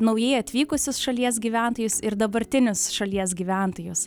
naujai atvykusius šalies gyventojus ir dabartinius šalies gyventojus